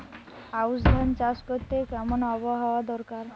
আউশ ধান চাষ করতে কেমন আবহাওয়া দরকার?